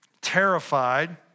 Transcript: terrified